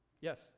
Yes